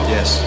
Yes